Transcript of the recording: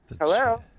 Hello